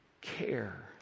care